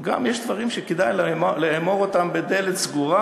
גם יש דברים שכדאי לאמור אותם בדלת סגורה,